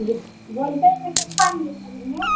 ये बोलते हैं कब आएंगे खरीदने